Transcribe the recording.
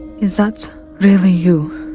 is that really you?